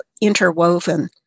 interwoven